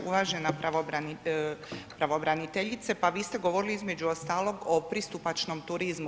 Uvažena pravobraniteljice, pa vi ste govorili između ostalog o pristupačnom turizmu.